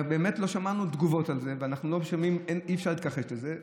ובאמת לא שמענו על זה תגובות ואי-אפשר להתכחש לזה,